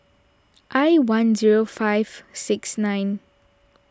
I one zero five six nine